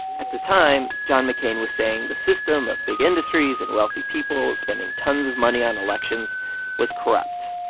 at the time, john mccain was saying the system of big industries and wealthy people spending tons of money on elections was corrupt.